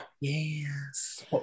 Yes